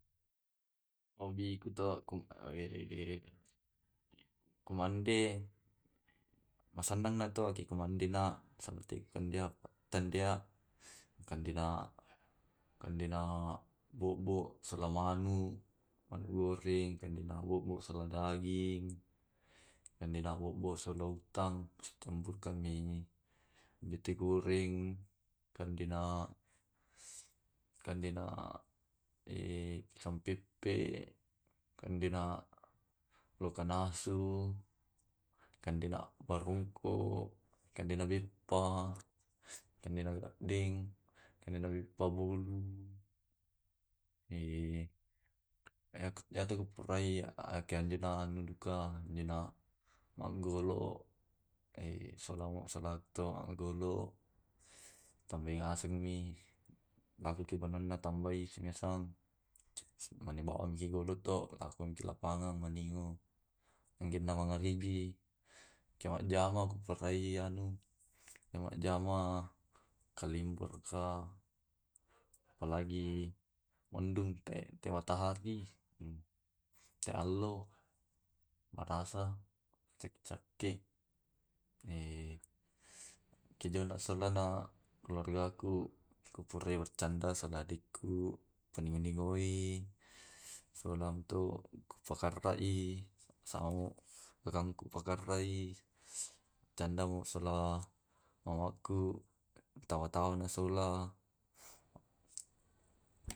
Obiku to ku ehh ku mande masennangki tu ko mandena. kandena kandena bobo sola manu, manu goreng, kandena bobo sola daging, kandena bobo sola utang sitamburkang bete goreng, kandena kandena kandena sam pepe, kandena loka nasu, kandena barongko, kandengan beppa, kandena deng, kandena beppa bolu. Iya tu purae kandena danduka kandena magolo salama salato magolo tapi ngasengmi makiki natambai semisang mani bawang golo to maniki lapangan maningo. Angkenna mangaribi ke majjama kuparai anu e majama kalima raka apalagi mendung te te matahari te allo marasa cakke cakke kejana salana keluargaku kupure bercanda sala adikku, punaningoi solamto ku pakarrai, samo rakang kupakarai bercandama sola mamakku tawa tawai na sola.